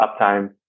uptime